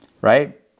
right